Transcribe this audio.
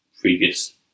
previous